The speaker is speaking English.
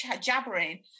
jabbering